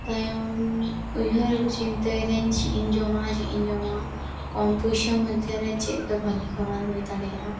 ᱛᱟᱭᱚᱢ ᱩᱭᱦᱟᱹᱨ ᱪᱤᱱᱛᱟᱹᱭ ᱮᱫᱟᱹᱧ ᱪᱮᱫ ᱤᱧ ᱡᱚᱢᱟ ᱪᱮᱫ ᱤᱧ ᱡᱚᱢᱟ ᱠᱚᱢ ᱯᱩᱭᱥᱟᱹ ᱢᱚᱫᱽᱫᱷᱮᱨᱮ ᱪᱮᱫ ᱫᱚ ᱵᱷᱟᱜᱮ ᱠᱷᱟᱵᱟᱨ ᱦᱩᱭ ᱫᱟᱲᱮᱭᱟᱜᱼᱟ